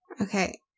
Okay